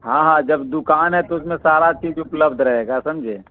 ہاں ہاں جب دوکان ہے تو اس میں سارا چیز اپلبدھ رہے گا سمجھے